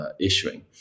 issuing